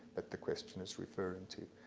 that the questioner's referring to.